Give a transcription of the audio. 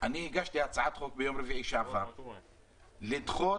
אני הגשתי ביום רביעי שעבר הצעת חוק לדחות